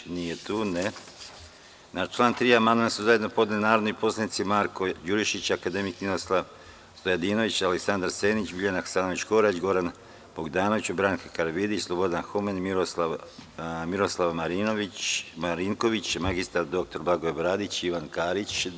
Da li neko želi reč? (Ne) Na član 3. amandman su zajedno podneli narodni poslanici Marko Đurišić, akademik Ninoslav Stojadinović, Aleksandar Senić, Biljana Hasanović Korać, Goran Bogdanović, Branka Karavidić, Slobodan Homen, Miroslav Marinković, magistar dr Blagoje Bradić i Ivan Karić.